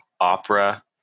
opera